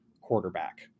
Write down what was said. quarterback